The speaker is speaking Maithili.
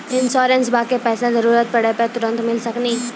इंश्योरेंसबा के पैसा जरूरत पड़े पे तुरंत मिल सकनी?